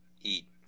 eat